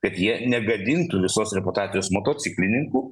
kad jie negadintų visos reputacijos motociklininkų